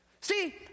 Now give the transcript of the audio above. See